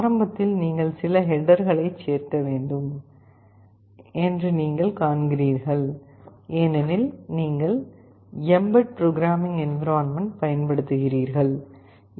ஆரம்பத்தில் நீங்கள் சில ஹெட்டர்களைச் சேர்க்க வேண்டும் என்று நீங்கள் காண்கிறீர்கள் ஏனெனில் நீங்கள் mbed ப்ரோக்ராமிங் என்விரான்மென்ட் பயன்படுத்துகிறீர்கள் mbed